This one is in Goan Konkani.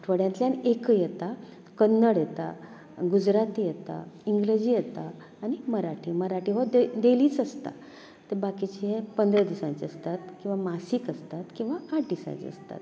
आठवड्यांतल्यान एक येता कन्नड येता गुजराती येता इंग्रजी येता आनी मराठी मराठी हो डेलीच आसता तर बाकिचे पंदरा दिसांचे आसता किंवां मासीक आसतात किंवां आठ दिसांचे आसतात